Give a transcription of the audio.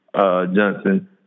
Johnson